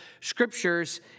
scriptures